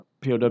POW